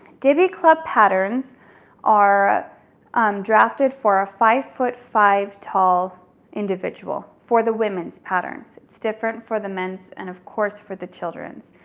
diby club patterns are um drafted for a five foot, five tall individual for the women's patterns. it's different for the men's, and of course, for the children's.